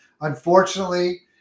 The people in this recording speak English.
unfortunately